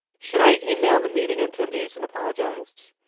should i email the meeting attendees and apologized?